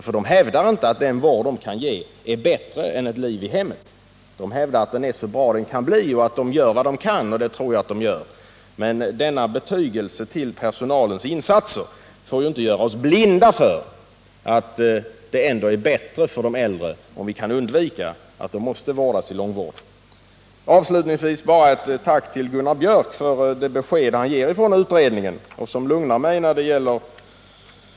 Man hävdar inte att den vård man kan ge är bättre än ett liv i hemmet, man hävdar att den är så bra den kan bli och att man gör vad man kan. Det tror jag också att man gör, men denna betygelse för personalens insatser får inte göra oss blinda för att det ändå är bättre för de äldre, om vi kan undvika att de måste vårdas inom långvården. Avslutningsvis bara ett tack till Gunnar Biörck i Värmdö för det besked han ger från utredningen.